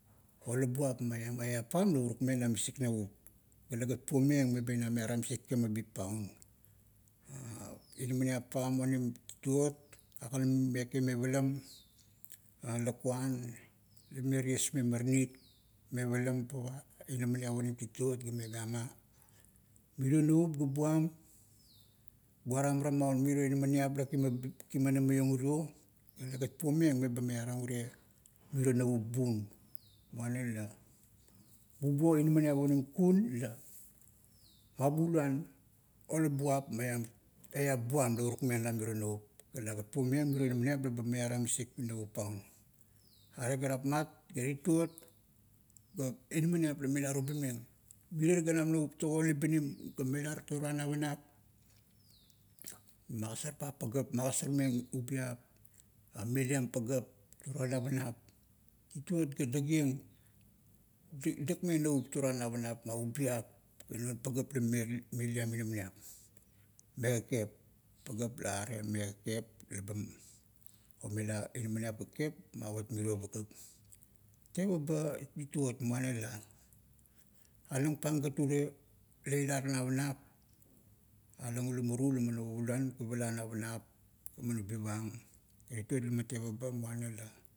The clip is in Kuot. Olabuap maiam eap pam la urukmeng na misik navup, ga talegat puomeng meba maiaram misik kimabip pam. inamaniap pam onim tituot, aga laman meke me palam lakuar, la ime tiesmeng maranit me palam pava inaminiap onim tituot ga megama, miro navup ga buam, buaram ara maaun miro inaminiap la kimabip, kimanam maionh uro, ga talegat puomeng meba maiarang ure, miro navup bun. Muana la, bubuo inaminiap onim kun, la mabuluan olabuap maiam eap buam la urukmeng na miro navup; ga lagat puomeng miro inaminiap leba maiaram misikk navup paun. Are ga rapmat, ga tituot, ga inaminiap la melar ubimeng. Mirier ganam navup togo libinim, ga melar toruan navanap, magasarpang pagap, magasar-meng ubiap, meliam pagap toruan navanap. Tituot ga dakieng, dakmeng navup toruan navanap ma ubiap, ga non pagap la meliam inaminiap, me kakep mavat mrio pagap. Tevaba tituot muana la, alang pang gat urie la ila navanap, gaman ubivang. Tituot laman tevaba muana la,